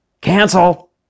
cancel